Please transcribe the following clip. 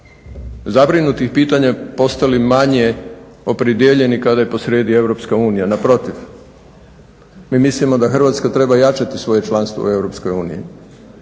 zabrinutih pitanja postali manje opredijeljeni kada je posrijedi Europska unija, naprotiv. Mi mislimo da Hrvatska treba jačati svoje članstvo u